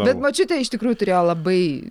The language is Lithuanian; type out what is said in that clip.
bet močiutė iš tikrųjų turėjo labai